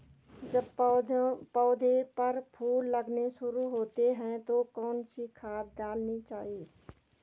जब पौधें पर फूल लगने शुरू होते हैं तो कौन सी खाद डालनी चाहिए?